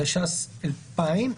התש"ס-2000.